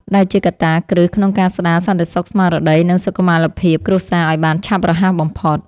ដែលជាកត្តាគ្រឹះក្នុងការស្ដារសន្តិសុខស្មារតី និងសុខុមាលភាពគ្រួសារឱ្យបានឆាប់រហ័សបំផុត។